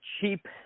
cheap